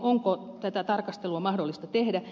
onko tätä tarkastelua mahdollista tehdä